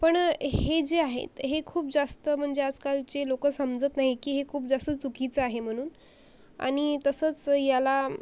पण हे जे आहे हे खूप जास्त म्हणजे आजकालचे लोक समजत नाही की हे खूप जास्त चुकीचं आहे म्हणून आणि तसंच याला